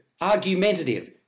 Argumentative